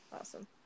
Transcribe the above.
awesome